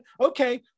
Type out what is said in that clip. okay